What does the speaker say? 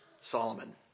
Solomon